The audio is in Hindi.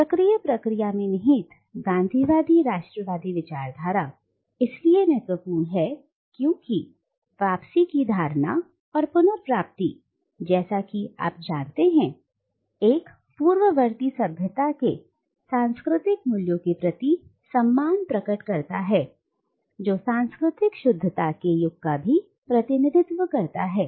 चक्रीय प्रक्रिया में नीहित गांधीवादी राष्ट्रवादी विचारधारा इसलिए महत्वपूर्ण है क्योंकि वापसी की धारणा और पुनर्प्राप्ति जैसा कि आप जानते हैं एक पूर्ववर्ती सभ्यता के सांस्कृतिक मूल्यों के प्रति सम्मान प्रकट करता है जो सांस्कृतिक शुद्धता के युग का भी प्रतिनिधित्व करता है